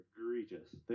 egregious